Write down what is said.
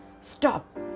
Stop